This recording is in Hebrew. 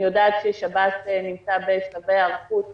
אני יודעת ששב"ס נמצא בשלבי היערכות